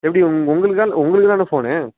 எப்படி உங் உங்களுக்கா உங்களுக்கு தானே ஃபோன்னு